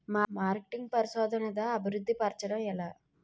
marketing పరిశోధనదా అభివృద్ధి పరచడం ఎలా